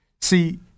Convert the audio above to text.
See